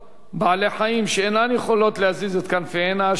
בעלי-חיים, שאינן יכולות להזיז את כנפיהן, ההשלכה